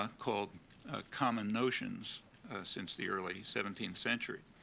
ah called common notions since the early seventeenth century.